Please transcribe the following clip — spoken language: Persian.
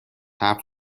حرف